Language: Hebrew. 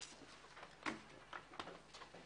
הישיבה ננעלה בשעה